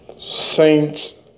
saints